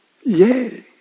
yay